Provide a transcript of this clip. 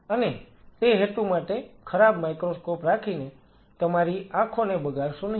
અને તે હેતુ માટે ખરાબ માઇક્રોસ્કોપ રાખીને તમારી આંખોને બગાડશો નહીં